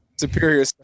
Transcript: superior